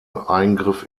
eingriff